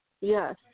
Yes